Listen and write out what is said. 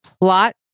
plot